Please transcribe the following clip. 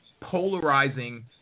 polarizing